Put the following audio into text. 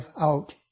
out